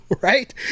right